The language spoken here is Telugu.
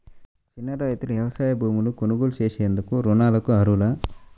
చిన్న రైతులు వ్యవసాయ భూములు కొనుగోలు చేసేందుకు రుణాలకు అర్హులా?